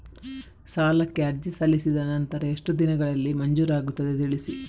ಸಾಲಕ್ಕೆ ಅರ್ಜಿ ಸಲ್ಲಿಸಿದ ನಂತರ ಎಷ್ಟು ದಿನಗಳಲ್ಲಿ ಮಂಜೂರಾಗುತ್ತದೆ ತಿಳಿಸಿ?